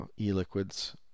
e-liquids